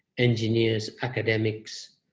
engineers, academics,